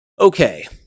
Okay